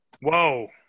Whoa